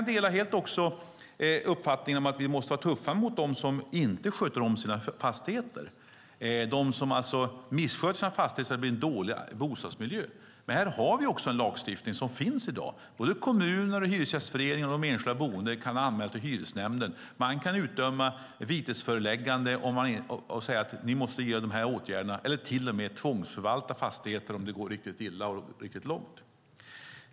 Jag delar helt uppfattningen att vi måste vara tuffa mot dem som inte sköter om sina fastigheter, alltså mot dem som missköter sina fastigheter så att det blir en dålig bostadsmiljö. Men här finns det en lagstiftning i dag. Kommuner, Hyresgästföreningen och enskilda boende kan göra anmälningar till Hyresnämnden. Man kan utdöma vitesföreläggande och säga att vissa åtgärder måste vidtas och till och med besluta om tvångsförvaltning av fastigheter om det går riktigt illa och riktigt långt.